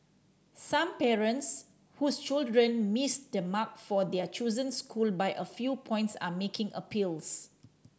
some parents whose children missed the mark for their chosen school by a few points are making appeals